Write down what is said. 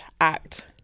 act